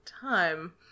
time